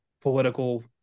political